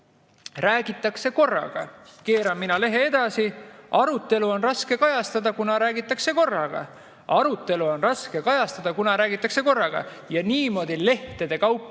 räägitakse korraga." Keeran mina lehe edasi: "Arutelu on raske eraldi kajastada, kuna räägitakse korraga.", "Arutelu on raske eraldi kajastada, kuna räägitakse korraga." Ja niimoodi lehtede kaupa.